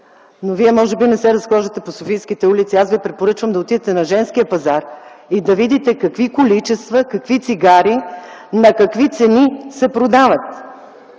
Вие може би не се разхождате по софийските улици. Аз ви препоръчвам да отидете на Женския пазар и да видите какви количества, какви цигари на какви цени се продават.